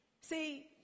See